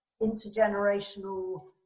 intergenerational